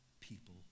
people